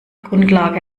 grundlage